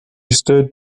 stood